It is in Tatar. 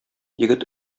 егет